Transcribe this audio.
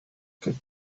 get